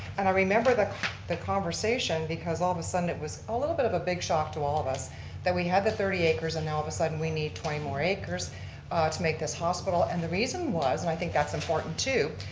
and i remember the the conversation because all the sudden it was a little bit of a big shock to all of us that we had the thirty acres and now all of a sudden we need twenty more acres to make this hospital. and the reason was, and i think that's important too,